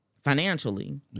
financially